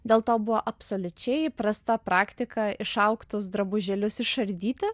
dėl to buvo absoliučiai įprasta praktika išaugtus drabužėlius išardyti